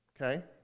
Okay